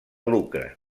lucre